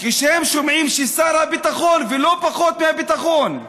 כשהם שומעים ששר הביטחון, ולא פחות מהביטחון,